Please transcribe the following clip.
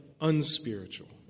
unspiritual